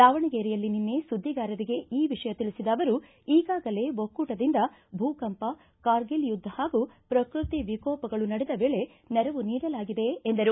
ದಾವಣಗೆರೆಯಲ್ಲಿ ನಿನ್ನೆ ಸುದ್ದಿಗಾರರಿಗೆ ಈ ವಿಷಯ ತಿಳಿಸಿದ ಅವರು ಈಗಾಗಲೇ ಒಕ್ಕೂಟದಿಂದ ಭೂಕಂಪ ಕಾರ್ಗಿಲ್ ಯುದ್ಧ ಹಾಗೂ ಪ್ರಕೃತಿ ವಿಕೋಪಗಳು ನಡೆದ ವೇಳೆ ನೆರವು ನೀಡಲಾಗಿದೆ ಎಂದರು